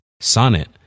Sonnet